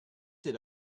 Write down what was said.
did